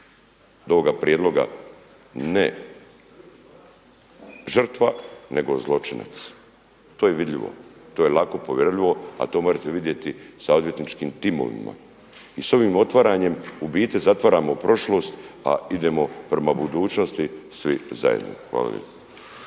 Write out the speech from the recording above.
do ovoga prijedloga, ne žrtva nego zločinac. To je vidljivo, to je lako provjerljivo, a to možete vidjeti sa odvjetničkim timovima. I s ovim otvaranjem u biti zatvaramo prošlost, a idemo prema budućnosti svi zajedno. Hvala